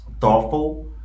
thoughtful